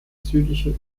südlichen